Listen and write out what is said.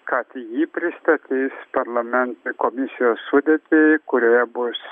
kad ji pristatys parlamentui komisijos sudėtį kurioje bus